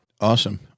Awesome